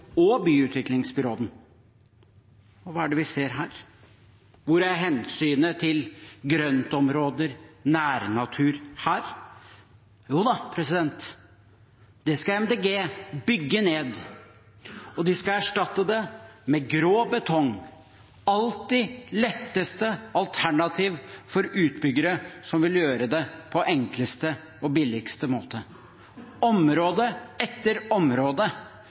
og byutviklingsbyråden. Og hva er det vi ser her? Hvor er hensynet til grøntområder, nærnatur, her? Joda, det skal MDG bygge ned, og de skal erstatte det med grå betong, alltid letteste alternativ for utbyggere som vil gjøre det på enkleste og billigste måte. Område etter område